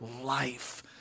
life